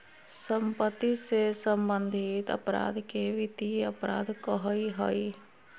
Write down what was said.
सम्पत्ति से सम्बन्धित अपराध के वित्तीय अपराध कहइ हइ